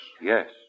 Yes